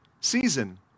season